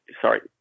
Sorry